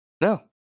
No